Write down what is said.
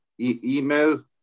email